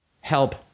help